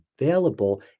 available